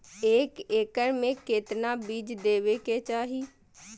एक एकड़ मे केतना बीज देवे के चाहि?